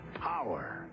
power